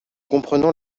comprenons